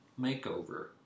makeover